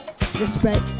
respect